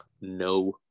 No